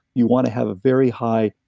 you want to have a very high,